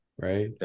Right